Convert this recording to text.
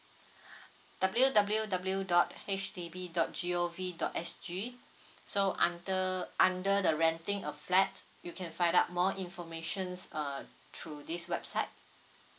W_W_W dot H D B dot G_O_V dot S_G so under under the renting a flat you can find out more informations uh through this website